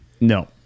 No